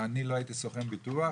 אני לא הייתי סוכן ביטוח,